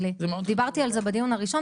דיברתי על זה בדיון הראשון,